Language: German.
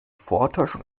vortäuschung